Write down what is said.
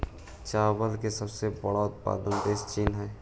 चावल के सबसे बड़ा उत्पादक देश चीन हइ